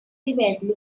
ultimately